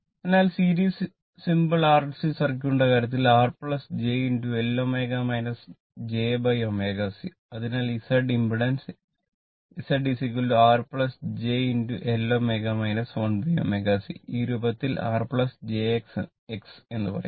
അതിനാൽ series simple RLC സർക്യൂട്ടിന്റെ കാര്യത്തിൽ R j ഈ രൂപത്തിൽ R jX എന്ന് പറയാം